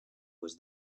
was